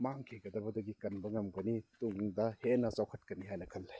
ꯃꯥꯡꯈꯤꯒꯗꯕꯗꯒꯤ ꯀꯟꯕ ꯉꯝꯒꯅꯤ ꯇꯨꯡꯗ ꯍꯦꯟꯅ ꯆꯥꯎꯈꯠꯀꯅꯤ ꯍꯥꯏꯅ ꯈꯟꯖꯩ